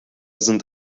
sind